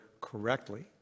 correctly